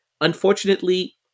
Unfortunately